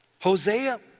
Hosea